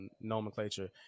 nomenclature